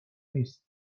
نیست